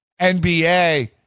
NBA